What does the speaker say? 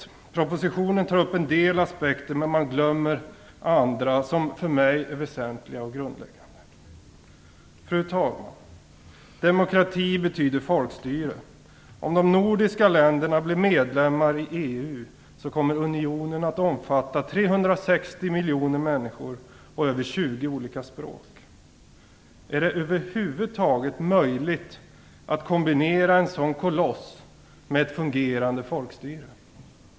I propositionen tas en del aspekter upp, men man glömmer andra som för mig är väsentliga och grundläggande. Fru talman! Demokrati betyder folkstyre. Om de nordiska länderna blir medlemmar i EU kommer unionen att omfatta 360 miljoner människor och över 20 olika språk. Är det över huvud taget möjligt att kombinera en sådan koloss med ett fungerande folkstyre?